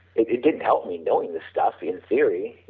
it did help me knowing the stuff in theory,